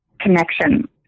connection